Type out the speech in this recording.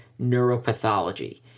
neuropathology